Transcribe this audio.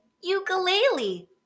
Ukulele